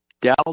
Dow